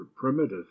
primitive